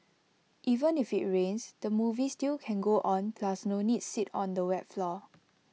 even if IT rains the movie still can go on plus no need sit on the wet floor